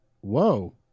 whoa